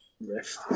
riff